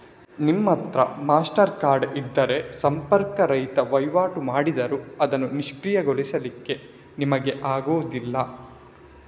ನಿಮ್ಮತ್ರ master card ಇದ್ರೆ ಸಂಪರ್ಕ ರಹಿತ ವೈವಾಟು ಮಾಡಿದ್ರೂ ಅದನ್ನು ನಿಷ್ಕ್ರಿಯಗೊಳಿಸ್ಲಿಕ್ಕೆ ನಿಮ್ಗೆ ಆಗುದಿಲ್ಲ